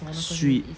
sweet